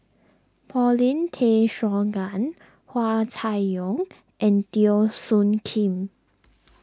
Paulin Tay Straughan Hua Chai Yong and Teo Soon Kim